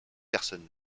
personne